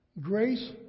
Grace